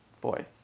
boy